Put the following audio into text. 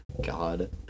God